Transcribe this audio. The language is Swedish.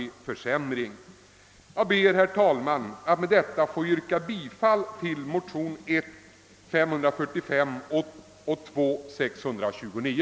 Herr talman! Jag yrkar bifall till motionerna 1: 545 och II: 629.